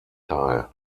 teil